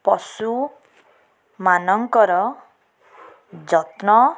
ପଶୁମାନଙ୍କର ଯତ୍ନ